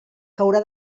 haurà